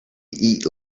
eat